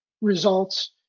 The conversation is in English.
results